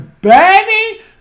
baby